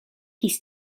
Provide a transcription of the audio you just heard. his